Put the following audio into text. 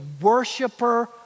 worshiper